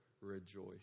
rejoice